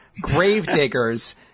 Gravediggers